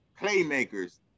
playmakers